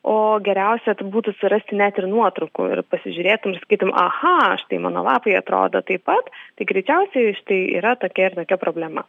o geriausia tai būtų surasti net ir nuotraukų ir pasižiūrėtum ir sakytum aha štai mano lapai atrodo taip pat tai greičiausiai štai yra tokia ir tokia problema